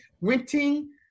renting